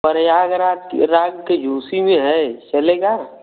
प्रयागराज के राग के झूँसी में है चलेगा